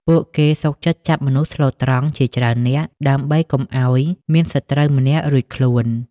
ពួកគេសុខចិត្តចាប់មនុស្សស្លូតត្រង់ជាច្រើននាក់ ដើម្បីកុំឱ្យមានសត្រូវម្នាក់រួចខ្លួន។